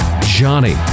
Johnny